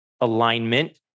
alignment